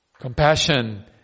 compassion